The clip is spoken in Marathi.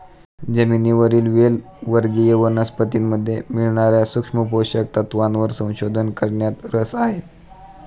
जमिनीवरील वेल वर्गीय वनस्पतीमध्ये मिळणार्या सूक्ष्म पोषक तत्वांवर संशोधन करण्यात रस आहे